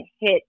hit